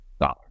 dollar